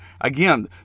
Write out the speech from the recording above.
Again